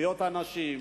זכויות הנשים,